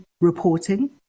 reporting